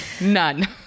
None